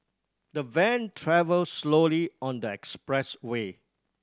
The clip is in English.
the van travelled slowly on the expressway